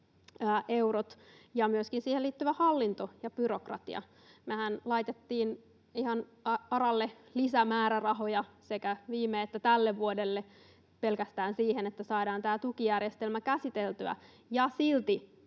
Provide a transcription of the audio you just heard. siihen liittyvä hallinto ja byrokratia. Mehän laitettiin ihan ARAlle lisämäärärahoja sekä viime että tälle vuodelle pelkästään siihen, että saadaan tämä tukijärjestelmä käsiteltyä,